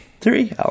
Three